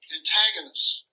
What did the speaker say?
antagonists